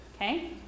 okay